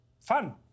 fun